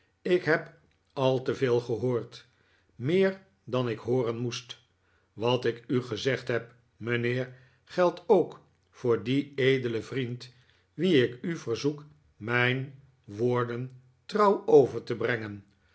ik heb al te veel gehoord meer dan ik hooren moest wat ik u gezegd heb mijnheer geldt ook voor dien edelen vriend wien ik u verzoek mijn woorden trouw over te brengen